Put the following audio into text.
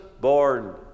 born